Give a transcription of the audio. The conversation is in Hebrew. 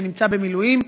שנמצא במילואים,